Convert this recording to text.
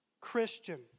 Christian